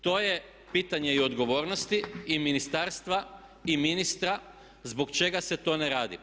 To je pitanje i odgovornosti i ministarstva i ministra zbog čega se to ne radi.